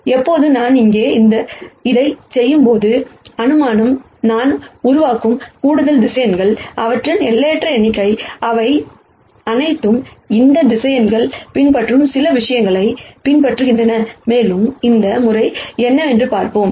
இப்போது நான் இங்கே இதைச் செய்யும்போது அனுமானம் நான் உருவாக்கும் கூடுதல் வெக்டர்ஸ் அவற்றில் எல்லையற்ற எண்ணிக்கை இவை அனைத்தும் இந்த வெக்டர்ஸ் பின்பற்றும் சில வடிவங்களைப் பின்பற்றுகின்றன மேலும் அந்த முறை என்னவென்று பார்ப்போம்